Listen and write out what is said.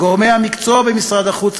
גורמי המקצוע במשרד החוץ,